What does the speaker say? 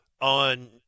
on